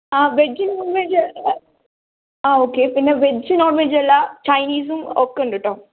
ആ veg non veg ആ okay പിന്നെ വെജ് നോൺവെജ് അല്ല ചൈനീസും ഒക്കെയുണ്ട് കേട്ടോ